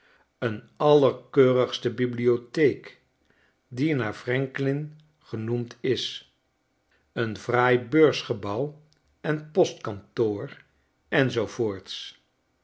een allerkeurigste bibliotheek die naar franklin genoemd is een fraai beursgebouw en postkantoor en zoo voorts